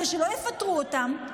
כדי שלא יפטרו אותן?